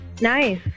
Nice